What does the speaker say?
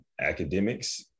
academics